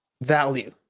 value